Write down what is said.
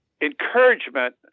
encouragement